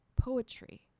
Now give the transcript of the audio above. poetry